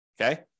Okay